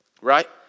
Right